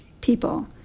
people